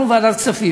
אנחנו, ועדת הכספים.